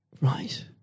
Right